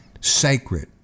sacred